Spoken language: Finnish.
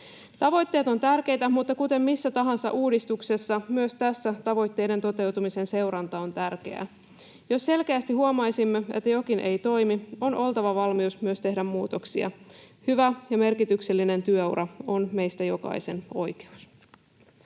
Tavoitteet ovat tärkeitä, mutta kuten missä tahansa uudistuksessa, myös tässä tavoitteiden toteutumisen seuranta on tärkeää. Jos selkeästi huomaisimme, että jokin ei toimi, on oltava valmius myös tehdä muutoksia. Hyvä ja merkityksellinen työura on meistä jokaisen oikeus.